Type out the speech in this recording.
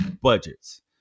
budgets